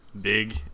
big